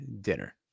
dinner